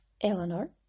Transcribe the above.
Eleanor